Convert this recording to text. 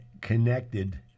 connected